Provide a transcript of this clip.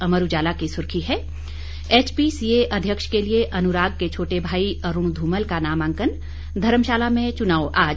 अमर उजाला की सुर्खी है एचपीसीए अध्यक्ष के लिए अनुराग के छोटे भाई अरूण ध्रमल का नामांकन धर्मशाला में चुनाव आज